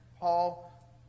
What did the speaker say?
Paul